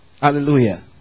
Hallelujah